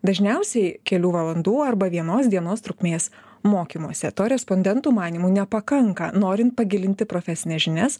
dažniausiai kelių valandų arba vienos dienos trukmės mokymuose to respondentų manymu nepakanka norint pagilinti profesines žinias